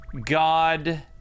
god